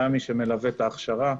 רמי שמלווה את ההכשרה,